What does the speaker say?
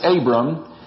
Abram